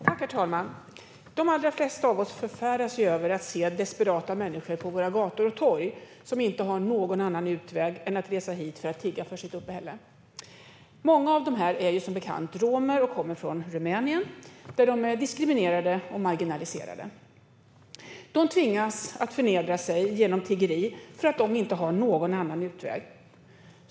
Herr talman! De allra flesta av oss förfäras över att på våra gator och torg se desperata människor som inte har någon annan utväg än att resa hit för att tigga för sitt uppehälle. Många av dem är som bekant romer och kommer från Rumänien, där de är diskriminerade och marginaliserade. De tvingas att förnedra sig genom tiggeri för att de inte har någon annan utväg.